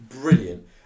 brilliant